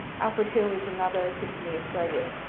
alfred hill is another symphony australia